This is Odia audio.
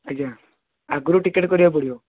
ଆଜ୍ଞା ଆଗରୁ ଟିକେଟ୍ କରିବାକୁ ପଡ଼ିବ